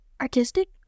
artistic